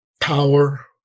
power